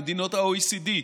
במדינות ה-OECD,